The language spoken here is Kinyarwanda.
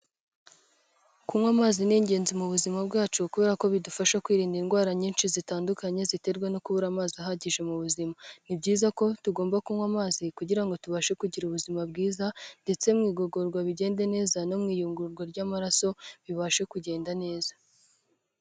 Kunywa amazi ni ingenzi mu buzima bwacu, kubera ko bidufasha kwirinda indwara nyinshi zitandukanye ziterwa no kubura amazi ahagije, mu buzima ni byiza ko tugomba kunywa amazi kugira ngo tubashe kugira ubuzima bwiza, ndetse mu igogorwa bigende neza, no mu iyungurwa ry'amaraso bibashe kugenda neza.